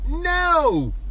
No